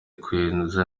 kweza